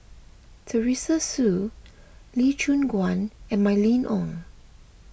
Teresa Hsu Lee Choon Guan and Mylene Ong